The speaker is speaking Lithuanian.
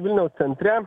vilniaus centre